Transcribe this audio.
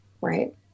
Right